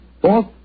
Fourth